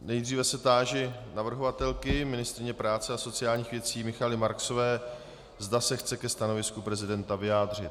Nejdříve se táži navrhovatelky, ministryně práce a sociálních věcí Michaely Marksové, zda se chce ke stanovisku prezidenta vyjádřit.